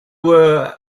were